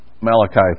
Malachi